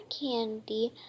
candy